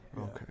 Okay